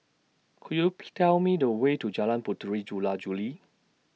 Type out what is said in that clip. Could YOU Tell Me The Way to Jalan Puteri Jula Juli